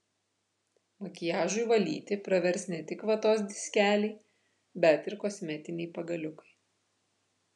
makiažui valyti pravers ne tik vatos diskeliai bet ir kosmetiniai pagaliukai